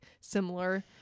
similar